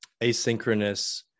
asynchronous